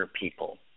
people